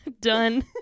Done